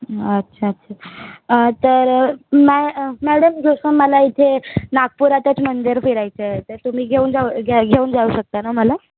अच्छा अच्छा तर मॅ मॅडम जसं मला इथे नागपुरातच मंदिर फिरायचे आहे तर तुम्ही घेऊन जाऊ घ्या घेऊन जाऊ शकता ना मला